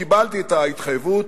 קיבלתי את ההתחייבות.